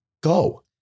go